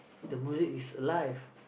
the music is alive